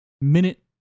minute